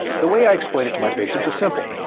the way i explain it to my patients is simple.